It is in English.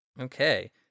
Okay